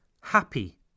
happy